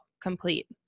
complete